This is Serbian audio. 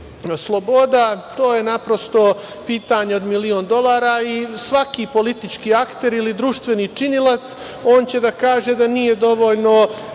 sloboda to je naprosto pitanje od milion dolara i svaki politički akter ili društveni činilac on će da kaže da nije dovoljno